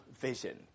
vision